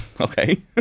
Okay